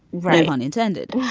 right. unintended,